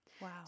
Wow